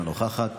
אינה נוכחת.